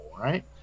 right